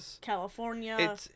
California